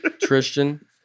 tristan